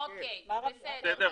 אוקי, בסדר.